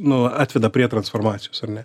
nu atveda prie transformacijos ar ne